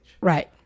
Right